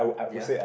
ya